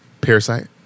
Parasite